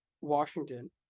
Washington